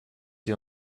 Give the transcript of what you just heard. you